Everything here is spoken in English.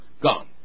gone